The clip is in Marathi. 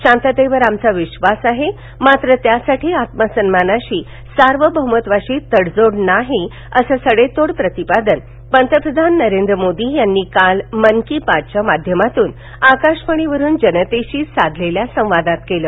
शांततेवर आमचा विश्वास आहे मात्र त्यासाठी आत्मसन्मानाशी सार्वभौमत्वाशी तडजोड नाही असं सडेतोड प्रतिपादन पंतप्रधान नरेंद्र मोदी यांनी काल मन की बात च्या माध्यमातून आकाशवाणीवरून जनतेशी साधलेल्या संवादात केलं